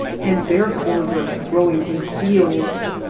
and bear-clover growing in fields.